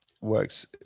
works